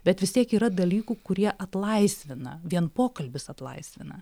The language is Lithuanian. bet vis tiek yra dalykų kurie atlaisvina vien pokalbis atlaisvina